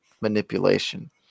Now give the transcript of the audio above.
manipulation